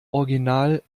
original